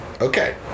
Okay